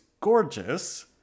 gorgeous